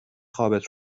خوابت